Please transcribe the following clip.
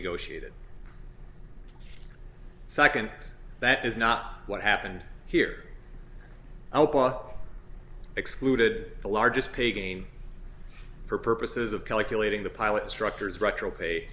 negotiated second that is not what happened here excluded the largest pay gain for purposes of calculating the pilot instructor's retro pay